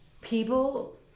people